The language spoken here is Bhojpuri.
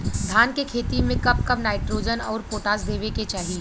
धान के खेती मे कब कब नाइट्रोजन अउर पोटाश देवे के चाही?